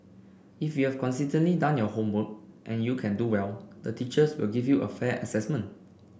if you've consistently done your homework and you can do well the teachers will give you a fair assessment